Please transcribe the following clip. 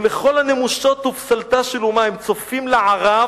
"ולכל הנמושות ופסלתה של אומה / הם צופים לערב"